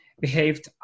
Behaved